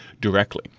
directly